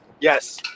Yes